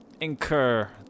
incur